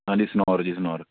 ਹਾਂਜੀ ਸਨੋਰ ਜੀ ਸਨੋਰ